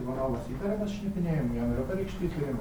ivanonas įtariamas šnipinėju jam yra pareikšti įtarimai